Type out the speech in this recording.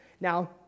Now